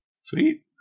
Sweet